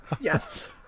Yes